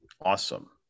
awesome